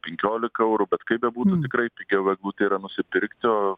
penkiolika eurų bet kaip bebūtų tikrai pigiau eglutę yra nusipirkti o